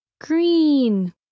Green